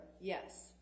yes